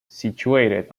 situated